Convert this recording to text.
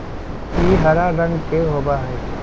ई हरा रंग के होबा हई